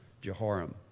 Jehoram